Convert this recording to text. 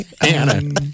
Anna